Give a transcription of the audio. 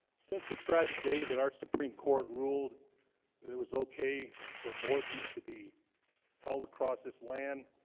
since the tragic day that our supreme court ruled that it was okay for abortions to be held across this land